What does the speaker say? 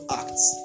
acts